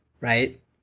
right